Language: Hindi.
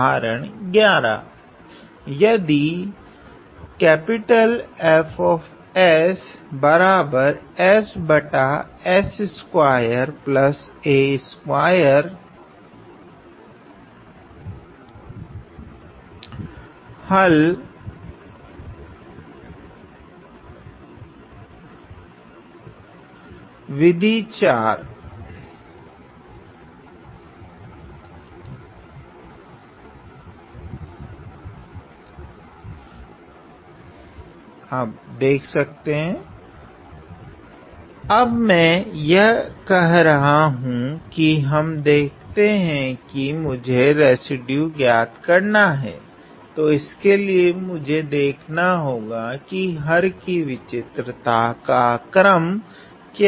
उदाहरण If यदि s shem हल विधि 4 अब मैं यह कह रहा हूँ कि हम देखते हैं कि मुझे रेसिड्यू ज्ञात करना हैं इसके लिए मुझे यह देखना होगा कि हर कि विचित्रता का क्रम क्या हैं